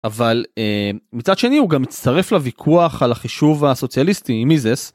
אבל מצד שני הוא גם מצטרף לויכוח על החישוב הסוציאליסטי עם איזס.